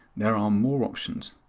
there are more options.